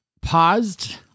paused